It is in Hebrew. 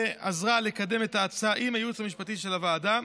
שעזרה לקדם את ההצעה, עם הייעוץ המשפטי של הוועדה,